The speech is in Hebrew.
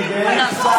אנחנו באמצע